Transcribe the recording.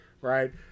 right